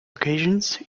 occasions